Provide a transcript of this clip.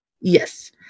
Yes